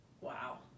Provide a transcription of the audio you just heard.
Wow